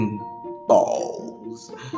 balls